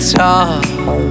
talk